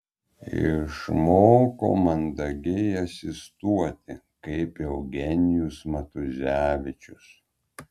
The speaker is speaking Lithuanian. išmoko mandagiai asistuoti kaip eugenijus matuzevičius